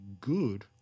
good